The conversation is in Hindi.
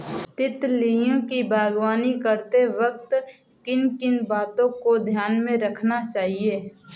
तितलियों की बागवानी करते वक्त किन किन बातों को ध्यान में रखना चाहिए?